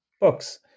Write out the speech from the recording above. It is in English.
books